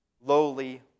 lowly